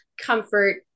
comfort